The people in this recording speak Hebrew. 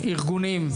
ארגונים,